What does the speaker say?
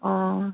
অঁ